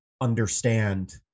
understand